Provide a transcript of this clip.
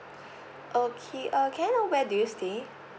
okay uh can I know where do you stay